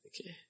Okay